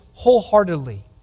wholeheartedly